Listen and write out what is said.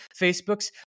Facebook's